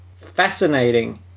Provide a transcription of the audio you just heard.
fascinating